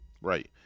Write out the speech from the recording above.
right